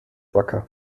wacker